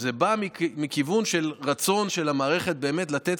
זה בא מכיוון של רצון של המערכת באמת לתת